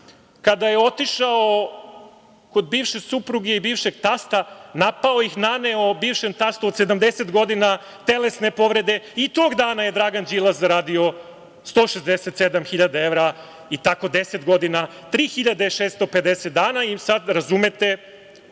kada je otišao kod bivše supruge i bivšeg tasta, napao ih, naneo bivšem tastu od 70 godina telesne povrede, i tog dana je Dragan Đilas zaradio 167 hiljada evra i tako 10 godina, 3.650 dana i sada razumete